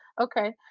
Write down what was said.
Okay